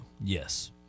Yes